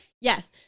Yes